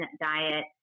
diet